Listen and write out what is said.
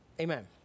Amen